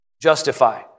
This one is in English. Justify